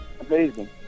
amazing